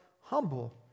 humble